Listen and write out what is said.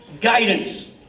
guidance